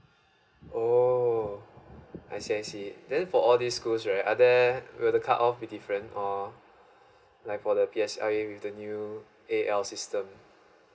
oh I see I see then for all the schools right are there will the cut off be different or like for the P_S_I with the new A_L system